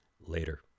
Later